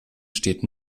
steht